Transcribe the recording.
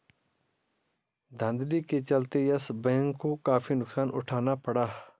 धांधली के चलते यस बैंक को काफी नुकसान उठाना पड़ा